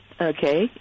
Okay